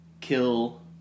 kill